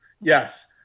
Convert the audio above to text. yes